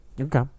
Okay